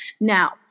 now